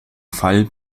fall